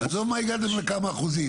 עזוב כמה הגעתם לכמה אחוזים.